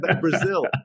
Brazil